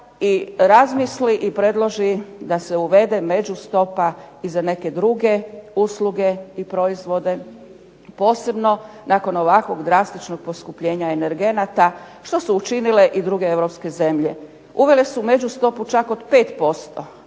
i razmisli i predloži da se uvede međustopa i za neke druge usluge i proizvode. Posebno nakon ovakvog drastičnog poskupljenja energenata što su učinile i druge europske zemlje. Uvele su međustopu čak od 5%,